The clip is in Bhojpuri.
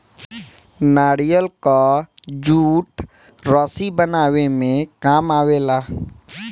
नारियल कअ जूट रस्सी बनावे में काम आवेला